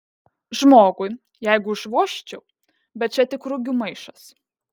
žmogui jeigu užvožčiau bet čia tik rugių maišas